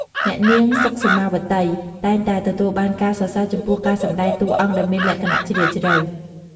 អ្នកនាង សុខ សោម៉ាវត្តី តែងតែទទួលបានការសរសើរចំពោះការសម្តែងតួអង្គដែលមានអារម្មណ៍ជ្រាលជ្រៅ។